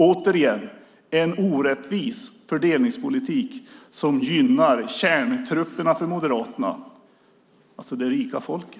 Återigen: Detta är en orättvis fördelningspolitik som gynnar kärntrupperna för Moderaterna, alltså det rika folket.